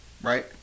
Right